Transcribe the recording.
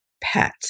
Pet